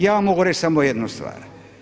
Ja vam mogu reći samo jednu stvar.